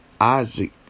Isaac